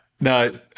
no